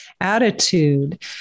attitude